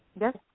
Yes